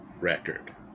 record